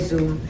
Zoom